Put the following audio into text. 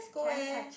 can I touch it